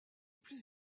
plus